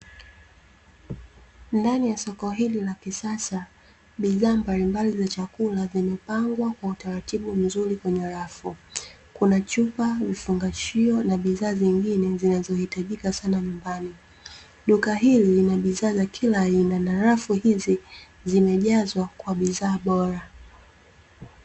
Ndani ya soko hili la kisasa bidhaa mbalimbali za chakula zimepangwa, kwa utaratibu mzuri kwenye rafu. Kuna chupa, vifungashio na bidhaa zingine zinazohitajika sana nyumbani. Duka hili lina bidhaa za kila aina, na rafu hizi zimejazwa kwa bidhaa bora.